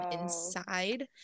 inside